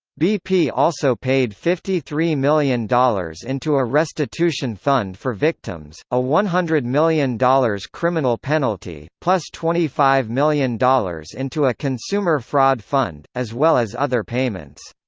bp also paid fifty three million dollars into a restitution fund for victims, a one hundred million dollars criminal penalty, plus twenty five million dollars into a consumer fraud fund, as well as other payments.